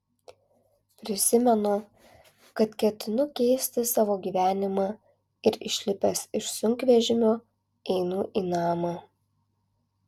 prisimenu kad ketinu keisti savo gyvenimą ir išlipęs iš sunkvežimio einu į namą